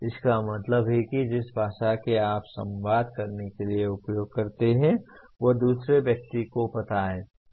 इसका मतलब है कि जिस भाषा को आप संवाद करने के लिए उपयोग करते हैं वह दूसरे व्यक्ति को पता है